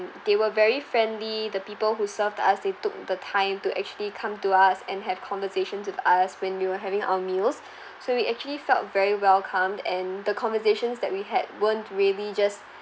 they were very friendly the people who served us they took the time to actually come to us and have conversations with us when we were having our meals so we actually felt very welcomed and the conversations that we had weren't really just